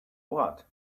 what